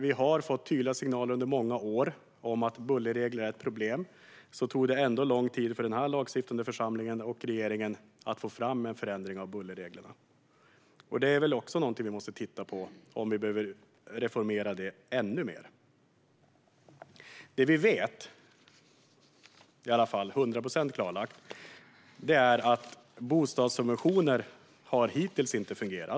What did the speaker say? Vi har fått tydliga signaler under många år om att bullerregler är ett problem, men det tog ändå lång tid för regeringen och denna lagstiftande församling att få fram en förändring av bullerreglerna. Det är också någonting vi måste titta på och se om vi behöver reformera ännu mer. Det vi vet, och det är i alla fall 100 procent klarlagt, är att bostadssubventioner hittills inte har fungerat.